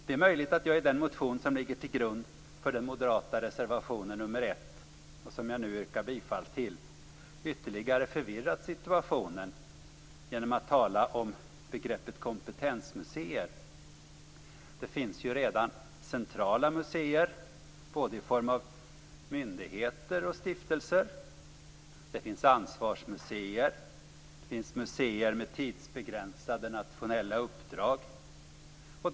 Det är möjligt att jag i den motion som ligger till grund för den moderata reservationen nr 1, som jag nu yrkar bifall till, ytterligare förvirrat situationen genom att tala om begreppet kompetensmuseer. Det finns ju redan centrala museer - både i form av myndigheter och stiftelser - ansvarsmuseer och museer med tidsbegränsade nationella uppdrag.